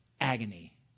agony